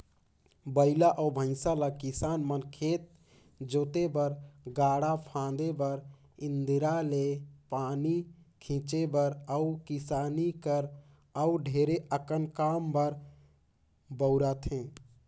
बइला अउ भंइसा ल किसान मन खेत जोते बर, गाड़ा फांदे बर, इन्दारा ले पानी घींचे बर अउ किसानी कर अउ ढेरे अकन काम बर बउरथे